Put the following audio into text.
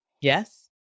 Yes